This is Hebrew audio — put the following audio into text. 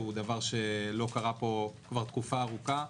הוא דבר שלא קרה פה כבר תקופה ארוכה.